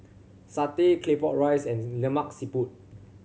satay Claypot Rice and Lemak Siput